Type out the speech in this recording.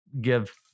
give